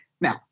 Now